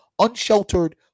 unsheltered